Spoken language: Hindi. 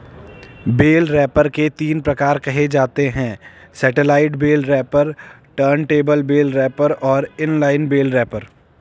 बेल रैपर के तीन प्रकार कहे जाते हैं satellite bale wrapper, turntable bale wrapper और इन लाइन बेल रैपर